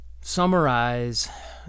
summarize